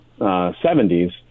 70s